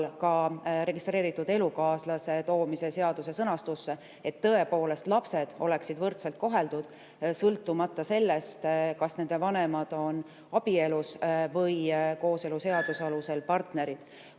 ka registreeritud elukaaslase toomise seaduse sõnastusse, et tõepoolest, lapsed oleksid võrdselt koheldud, sõltumata sellest, kas nende vanemad on abielus või kooseluseaduse alusel partnerid.